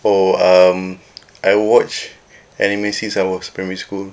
oh um I watch anime since I was primary school